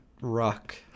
Rock